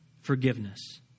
forgiveness